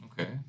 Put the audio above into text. Okay